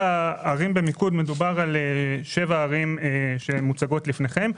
מדובר על שבע הערים שמוצגות לפניכם,